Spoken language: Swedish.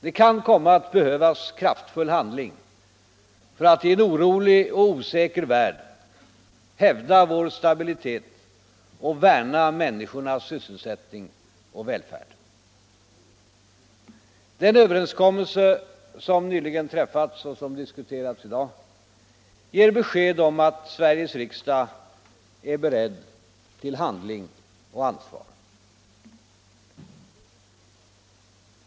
Det kan komma att behövas kraftfull handling för att i en orolig och osäker värld hävda vår stabilitet och värna människornas sysselsättning och välfärd. Den överenskommelse som nyligen träffats och som diskuterats i dag ger besked om att Sveriges riksdag är beredd till handling och ansvar.